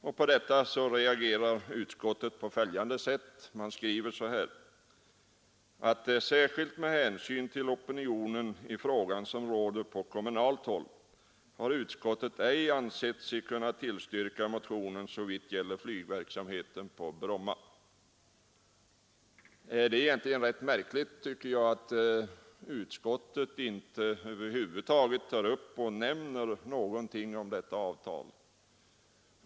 Till detta reagerar utskottet på följande sätt: ”Mot bakgrund av det anförda och särskilt med hänsyn till den opinion i frågan som råder på kommunalt håll, har utskottet ej ansett sig kunna tillstyrka motionerna såvitt gäller flygverksamheten på Bromma.” Egentligen är det rätt märkligt att utskottet över huvud taget inte nämner någonting om detta avtal.